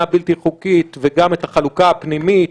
הבלתי חוקית וגם את החלוקה הפנימית,